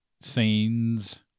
Scenes